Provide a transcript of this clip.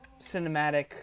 cinematic